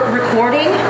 recording